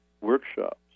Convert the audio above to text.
workshops